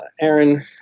Aaron